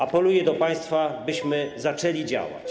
Apeluję do państwa, byśmy zaczęli działać.